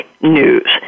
news